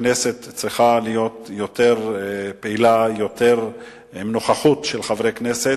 שהכנסת צריכה להיות יותר פעילה ועם יותר נוכחות של חברי כנסת.